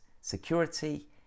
security